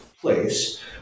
place